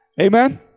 Amen